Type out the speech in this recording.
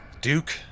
Duke